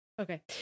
okay